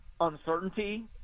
uncertainty